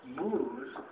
moves